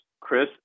Chris